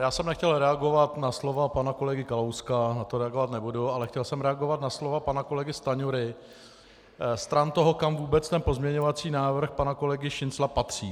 Já jsem nechtěl reagovat na slova pana kolegy Kalouska, na to reagovat nebudu, ale chtěl jsem reagovat na slova pana kolegy Stanjury stran toho, kam vůbec ten pozměňovací návrh pana kolegy Šincla patří.